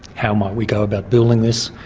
how might we go about building this?